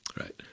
right